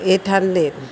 eight hundred